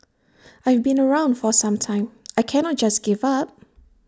I've been around for some time I cannot just give up